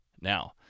now